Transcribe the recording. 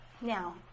Now